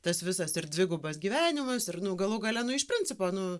tas visas ir dvigubas gyvenimas ir nu galų gale nu iš principo nu